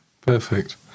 perfect